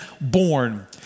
born